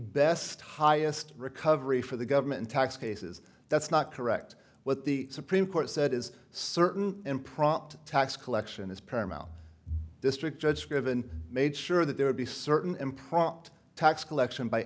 best highest recovery for the government tax cases that not correct what the supreme court said is certain and prompt tax collection is paramount district judge scriven made sure that there would be certain and prompt tax collection by